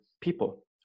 people